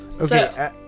Okay